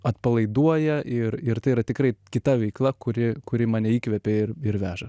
atpalaiduoja ir ir tai yra tikrai kita veikla kuri kuri mane įkvepia ir ir veža